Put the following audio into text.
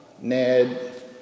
Ned